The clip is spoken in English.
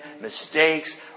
mistakes